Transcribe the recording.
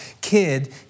kid